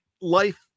life